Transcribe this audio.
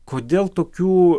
kodėl tokių